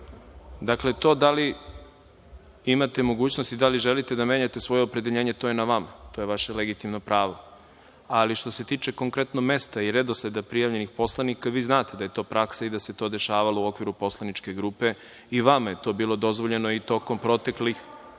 to da li imate mogućnost i da li želite da menjate svoje opredeljenje, to je na vama, to je vaše legitimno pravo, ali što se tiče konkretno mesta i redosleda prijavljenih poslanika, znate da je to praksa i da se to dešavalo u okviru poslaničke grupe i vama je to bilo dozvoljeno i tokom proteklih dana. Dakle,